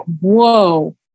whoa